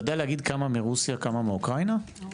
יודע לומר כמה מרוסיה וכמה מאוקראינה?